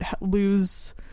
lose